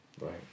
right